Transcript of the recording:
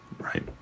right